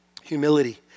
Humility